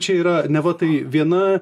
čia yra neva tai viena